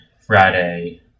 Friday